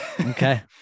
Okay